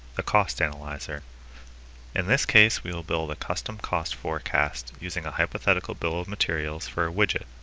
the cost analyzer in this case we will build a custom cost forecast using a hypothetical bill of material for a widget